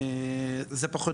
זה פחות,